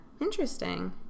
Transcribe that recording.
Interesting